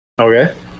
Okay